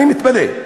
אני מתפלא.